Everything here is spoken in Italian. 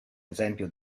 esempio